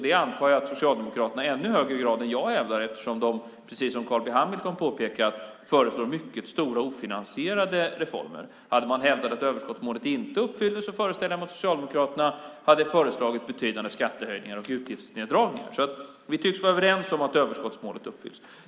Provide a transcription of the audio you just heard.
Det antar jag att Socialdemokraterna i ännu högre grad än jag hävdar, eftersom de, precis som Carl B Hamilton påpekat, föreslår mycket stora ofinansierade reformer. Hade Socialdemokraterna hävdat att överskottsmålet inte uppfylldes föreställer jag mig att de hade föreslagit betydande skattehöjningar och utgiftsneddragningar. Vi tycks alltså vara överens om att överskottsmålet uppfylls.